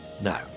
No